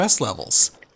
levels